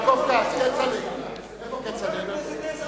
יעקב כץ, כצל'ה, איפה כצל'ה?